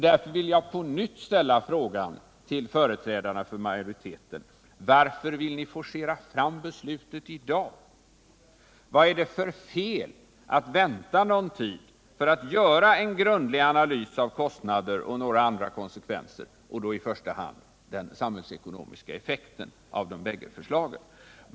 Därför vill jag på nytt ställa frågan till företrädarna för majoriteten: Varför vill ni forcera fram beslutet i dag? Vad är det för fel med att vänta någon tid för att göra en grundlig analys av kostnader och andra konsekvenser, då i första hand de samhällsekonomiska effekterna av de bägge förslagen?